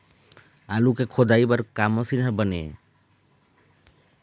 आलू के खोदाई बर का मशीन हर बने ये?